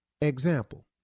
Example